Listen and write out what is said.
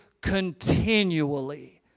continually